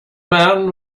man